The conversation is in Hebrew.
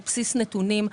על בסיס נתונים,